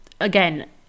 again